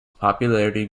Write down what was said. popularity